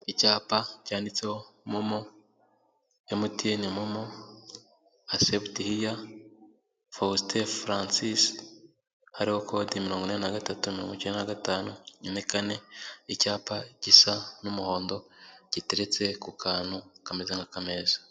Icyapa cyanditseho momo, emutiyeni momo, asebuti hiya, Fositie Faransisi hariho Kode mirongo inani na gatatu mirongo icyenda na gatanu mirongo ine na kane, icyapa gisa n'umuhondo giteretse ku kantu kameze nka kameza.